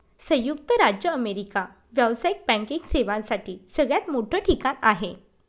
संयुक्त राज्य अमेरिका व्यावसायिक बँकिंग सेवांसाठी सगळ्यात मोठं ठिकाण आहे